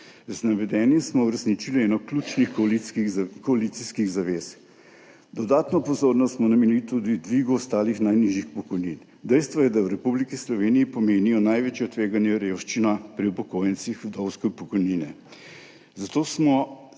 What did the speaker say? Z navedenim smo uresničili eno ključnih koalicijskih zavez. Dodatno pozornost smo namenili tudi dvigu ostalih najnižjih pokojnin. Dejstvo je, da v Republiki Sloveniji pomenijo največje tveganje revščine pri upokojencih vdovske pokojnine, zato smo s